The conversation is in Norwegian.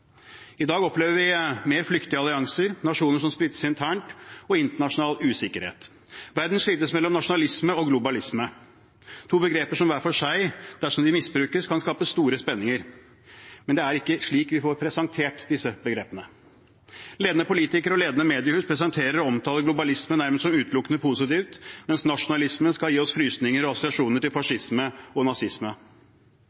I dag opplever vi mer flyktige allianser, nasjoner som splittes internt, og internasjonal usikkerhet. Verden slites mellom nasjonalisme og globalisme – to begreper som hver for seg, dersom de misbrukes, kan skape store spenninger. Men det er ikke slik vi får presentert disse begrepene. Ledende politikere og ledende mediehus presenterer og omtaler globalisme nærmest som utelukkende positivt, mens nasjonalisme skal gi oss frysninger og assosiasjoner til